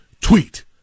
tweet